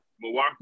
Milwaukee